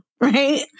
right